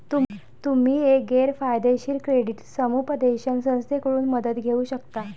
तुम्ही एक गैर फायदेशीर क्रेडिट समुपदेशन संस्थेकडून मदत घेऊ शकता